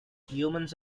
humans